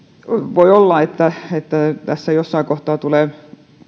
voi olla että että tässä jossain kohtaa tulee